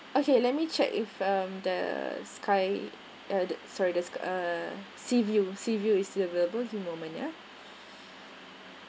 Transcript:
okay let me check if um the sky the sorry the sea view sea view is still available a few moment ya